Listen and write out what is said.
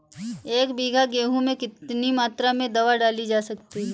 एक बीघा गेहूँ में कितनी मात्रा में दवा डाली जा सकती है?